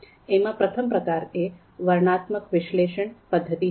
એમાં પ્રથમ પ્રકાર એ વર્ણનાત્મક વિશ્લેષણ પદ્ધતિ છે